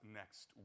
next